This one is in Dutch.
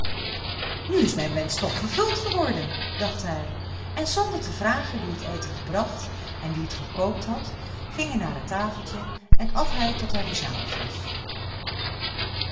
nu is mijn wensch toch eens vervuld geworden dacht hij en zonder te vragen wie het eten gebracht en wie het gekookt had ging hij naar het tafeltje en at tot hij verzadigd was